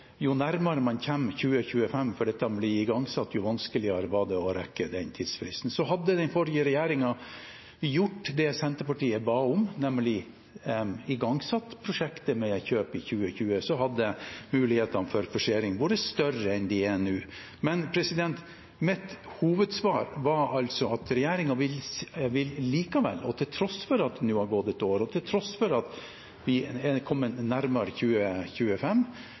å rekke den tidsfristen. Så hadde den forrige regjeringen gjort det Senterpartiet ba om, og igangsatt prosjektet med kjøp i 2020, hadde muligheten for forsering vært større enn den er nå. Mitt hovedsvar var at regjeringen likevel – til tross for at det nå har gått ett år, og til tross for at vi har kommet nærmere